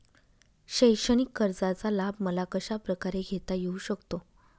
शैक्षणिक कर्जाचा लाभ मला कशाप्रकारे घेता येऊ शकतो?